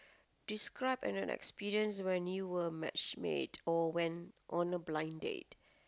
describe an experience when you were matchmade or went on a blind date